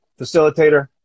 facilitator